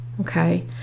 okay